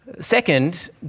Second